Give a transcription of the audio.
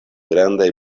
grandaj